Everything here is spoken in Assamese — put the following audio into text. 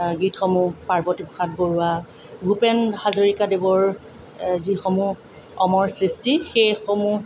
গীতসমূহ পাৰ্ৱতী প্ৰসাদ বৰুৱা ভূপেন হাজৰিকাদেৱৰ যিসমূহ অমৰ সৃষ্টি সেইসমূহ